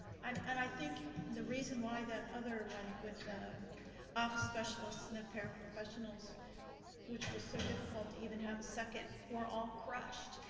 and and i think the reason why that other one with office specialists and the paraprofessionals which was so difficult to have a second we're all crushed.